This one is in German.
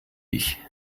ich